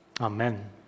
Amen